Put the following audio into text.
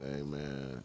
Amen